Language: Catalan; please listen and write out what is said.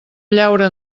llaura